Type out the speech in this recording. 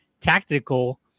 tactical